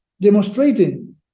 demonstrating